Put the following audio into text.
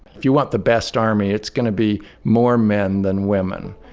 if you want the best army, it's going to be more men than women.